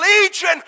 Legion